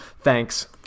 Thanks